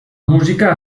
música